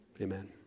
Amen